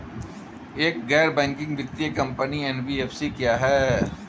एक गैर बैंकिंग वित्तीय कंपनी एन.बी.एफ.सी क्या है?